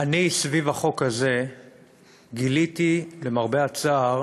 סביב החוק הזה גיליתי, למרבה הצער,